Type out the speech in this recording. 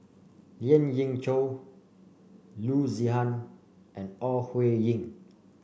Lien Ying Chow Loo Zihan and Ore Huiying